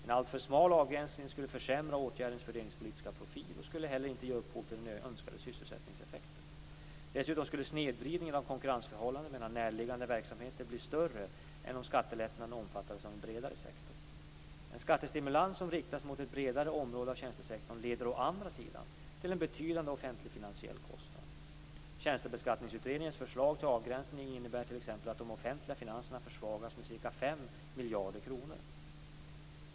En alltför smal avgränsning skulle försämra åtgärdens fördelningspolitiska profil och skulle inte heller ge den önskade sysselsättningseffekten. Dessutom skulle snedvridningen av konkurrensförhållandena mellan närliggande verksamheter bli större än om skattelättnaden omfattade en bredare sektor. En skattestimulans som riktas mot ett bredare område av tjänstesektorn leder å andra sidan till en betydande offentligfinansiell kostnad. Tjänstebeskattningsutredningens förslag till avgränsning innebär t.ex. att de offentliga finanserna försvagas med ca 5 miljarder kronor.